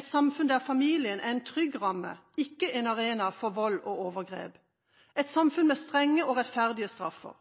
et samfunn der familien er en trygg ramme – ikke en arena for vold og overgrep – et samfunn med strenge og rettferdige straffer.